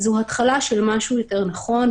זו התחלה של משהו יותר נכון.